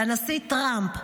לנשיא טראמפ,